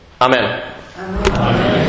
Amen